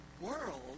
world